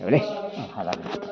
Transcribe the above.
जाबायदै आं हाला